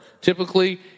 Typically